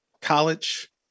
college